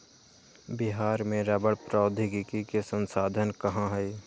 बिहार में रबड़ प्रौद्योगिकी के संस्थान कहाँ हई?